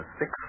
six